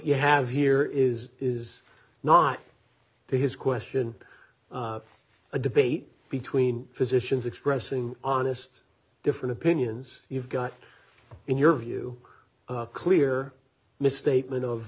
you have here is is not to his question a debate between physicians expressing honest different opinions you've got in your view a clear misstatement of